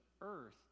earth